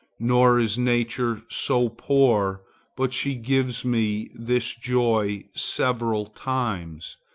nor is nature so poor but she gives me this joy several times,